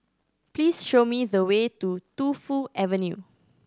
please show me the way to Tu Fu Avenue